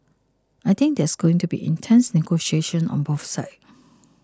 I think there is going to be intense negotiations on both sides